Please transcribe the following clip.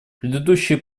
предыдущие